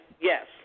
Yes